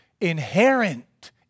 inherent